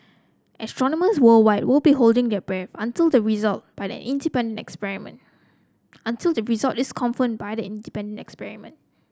astronomers worldwide will be holding their breath until the result by an independent experiment until the result this confirmed by the independent experiment